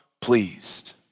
pleased